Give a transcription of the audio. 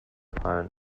gefallen